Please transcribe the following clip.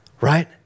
right